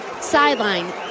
sideline